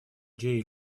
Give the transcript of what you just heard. jay